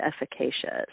efficacious